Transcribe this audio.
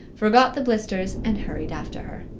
forgot the blisters and hurried after her.